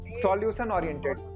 solution-oriented